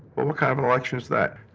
what what kind of an election is that?